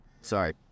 Sorry